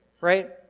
right